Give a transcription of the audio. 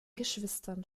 geschwistern